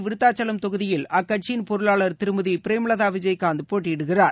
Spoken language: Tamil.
விருத்தாச்சலம் தொகுதியில் அக்கட்சியின் பொருளாளர் திருமதிபிரேமலதாவிஜயகாந்த் போட்டியிடுகிறார்